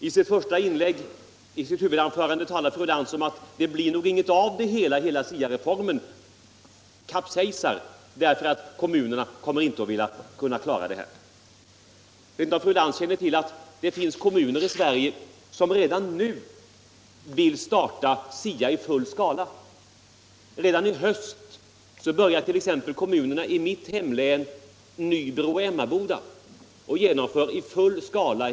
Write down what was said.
I sitt huvudanförande talade hon om att det nog inte blir något resultat och att hela SIA-reformen kommer att kapsejsa därför att kommunerna inte kan klara den. Jag vet inte om fru Lantz känner till att det i Sverige finns kommuner, som redan nu vill starta SIA i full skala. Redan i höst börjar t.ex. kommunerna Nybro och Emmaboda i mitt hemlän genomföra SIA i full skala.